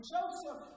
Joseph